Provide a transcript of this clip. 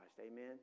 Amen